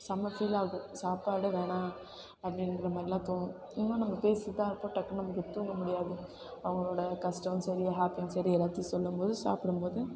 செம்ம ஃபீல் ஆகும் சாப்பாடு வேணாம் அப்படிங்கிற மாதிரிலாம் தோணும் இன்னும் நம்ம பேசிட்டு தான் இருப்போம் டக்குன்னு நமக்கு தூங்க முடியாது அவங்களோட கஷ்டம் சரி ஹாப்பியும் சரி எல்லாத்தையும் சொல்லும் போது சாப்பிடும் போது